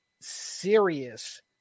serious